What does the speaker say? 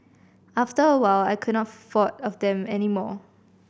after a while I could not afford them any more